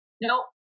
nope